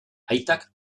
aitak